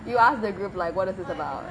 you ask the group like what is this about